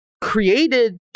created